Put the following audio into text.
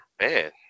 Man